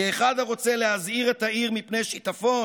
/ כאחד הרוצה להזהיר את העיר מפני שיטפון: